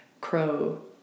crow